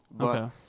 Okay